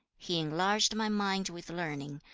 he enlarged my mind with learning,